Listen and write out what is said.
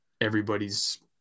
everybody's